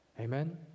Amen